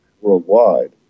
worldwide